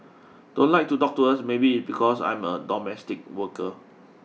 don't like to talk to us maybe it because I am a domestic worker